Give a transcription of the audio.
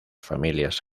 familias